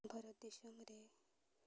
ᱵᱷᱟᱨᱚᱛ ᱫᱤᱥᱚᱢ ᱨᱮ